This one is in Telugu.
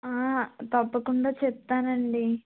తప్పకుండా చెప్తానండి